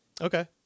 Okay